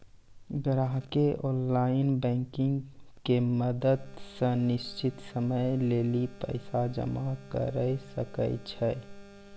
ग्राहकें online banking के मदत से निश्चित समय लेली पैसा जमा करै सकै छै